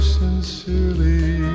sincerely